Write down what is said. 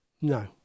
No